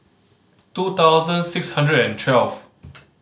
two thousand six hundred and twelve